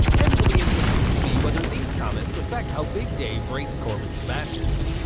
and it'll be interesting to see whether these comments affect how big dave rates corbin's matches.